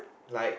like